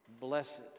Blessed